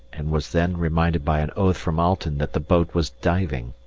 and was then reminded by an oath from alten that the boat was diving.